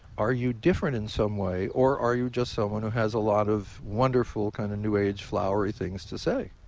are you different in some way or are you just someone who has a lot of wonderful kind of new age, flowery things to say?